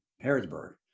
Harrisburg